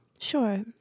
Sure